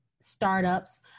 startups